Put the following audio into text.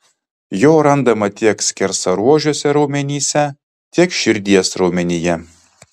jo randama tiek skersaruožiuose raumenyse tiek širdies raumenyje